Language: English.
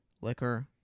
Liquor